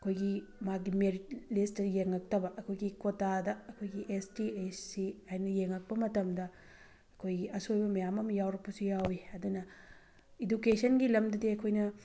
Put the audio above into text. ꯑꯩꯈꯣꯏꯒꯤ ꯃꯥꯒꯤ ꯃꯦꯔꯤꯠ ꯂꯤꯁꯇꯨ ꯌꯦꯡꯉꯛꯇꯕ ꯑꯩꯈꯣꯏꯒꯤ ꯀꯣꯇꯥꯗ ꯑꯩꯈꯣꯏꯒꯤ ꯑꯦꯁ ꯇꯤ ꯑꯦꯁ ꯁꯤ ꯍꯥꯏꯅ ꯌꯦꯡꯉꯛꯄ ꯃꯇꯝꯗ ꯑꯩꯈꯣꯏꯒꯤ ꯑꯁꯣꯏꯕ ꯃꯌꯥꯝ ꯑꯃ ꯌꯥꯎꯔꯛꯄꯁꯨ ꯌꯥꯎꯋꯤ ꯑꯗꯨꯅ ꯏꯗꯨꯀꯦꯁꯟꯒꯤ ꯂꯝꯗꯗꯤ ꯑꯩꯈꯣꯏꯅ